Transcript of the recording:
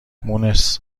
مونس